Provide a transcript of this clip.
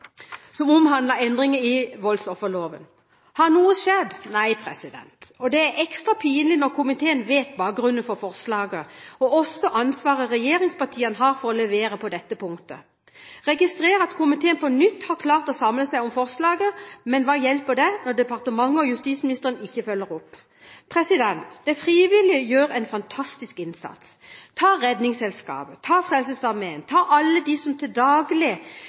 er ekstra pinlig når komiteen vet bakgrunnen for forslaget, og også ansvaret regjeringspartiene har for å levere på dette punktet. Jeg registrerer at komiteen på nytt har klart å samle seg om forslaget, men hva hjelper det når departementet og justisministeren ikke følger opp. De frivillige gjør en fantastisk innsats – ta Redningsselskapet, ta Frelsesarmeen, ta alle dem som daglig